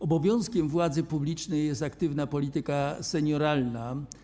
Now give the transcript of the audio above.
Obowiązkiem władzy publicznej jest aktywna polityka senioralna.